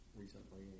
recently